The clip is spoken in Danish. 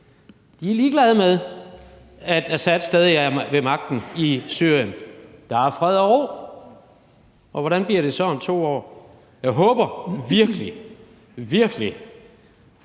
de er ligeglade med, at Assad stadig er ved magten i Syrien. Der er fred og ro! Og hvordan bliver det så om 2 år? Jeg håber virkelig – virkelig